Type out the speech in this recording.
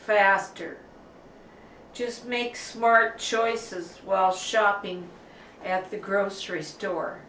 faster just makes more choice as well shopping at the grocery store